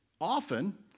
often